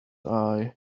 eye